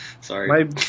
Sorry